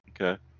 okay